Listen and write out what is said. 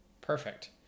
Perfect